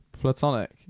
Platonic